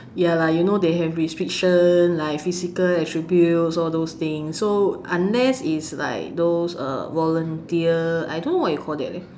ya lah you know they have restriction like physical attributes all those things so unless it's like those uh volunteer I don't know what you call that leh